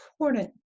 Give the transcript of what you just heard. important